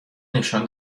نشان